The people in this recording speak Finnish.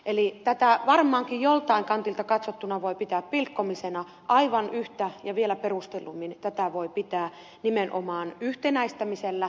tätä varmaankin joltain kantilta katsottuna voi pitää pilkkomisena aivan yhtä perustellusti ja vielä perustellummin tätä voi pitää nimenomaan yhtenäistämisenä